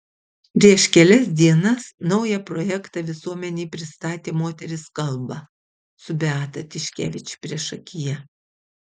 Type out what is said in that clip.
prieš kelias dienas naują projektą visuomenei pristatė moterys kalba su beata tiškevič priešakyje